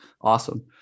awesome